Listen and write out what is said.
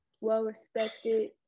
well-respected